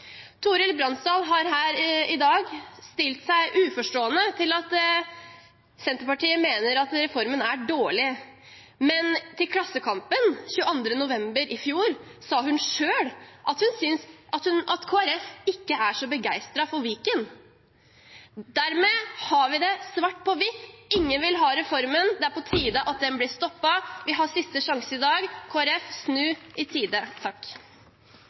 Torhild Bransdal har i dag stilt seg uforstående til at Senterpartiet mener at reformen er dårlig, men til Klassekampen 21. november i fjor sa hun selv at Kristelig Folkeparti ikke er så begeistret for Viken. Dermed har vi det svart på hvitt: Ingen vil ha reformen. Det er på tide at den blir stoppet. Vi har siste sjanse i dag. Kristelig Folkeparti, snu i tide!